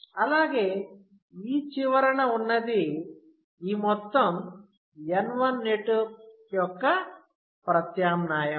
అలాగే ఈ చివరన ఉన్నది ఈ మొత్తం N1 నెట్వర్క్ యొక్క ప్రత్యామ్నాయం